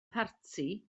parti